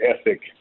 ethic